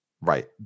Right